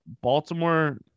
Baltimore